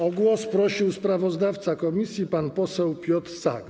O głos prosił sprawozdawca komisji pan poseł Piotr Sak.